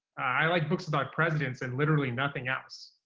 i like books about presidents and literally nothing else.